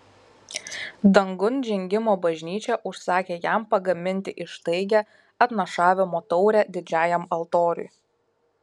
dangun žengimo bažnyčia užsakė jam pagaminti ištaigią atnašavimo taurę didžiajam altoriui